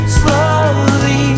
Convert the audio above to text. slowly